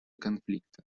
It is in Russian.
конфликта